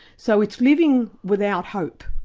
so it's living without hope,